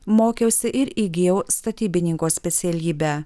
mokiausi ir įgijau statybininko specialybę